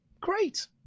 Great